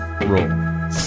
roll